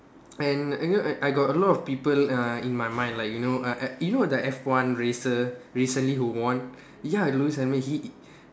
and anyway I I got a lot of people uh in my mind like you know uh uh you know the F one racer recently who won ya lewis hami he